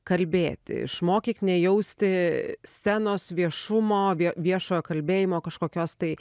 kalbėti išmokyk nejausti scenos viešumovie viešojo kalbėjimo kažkokios tai